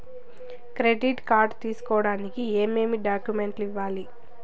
credit card తీసుకోడానికి ఏమేమి డాక్యుమెంట్లు ఇవ్వాలి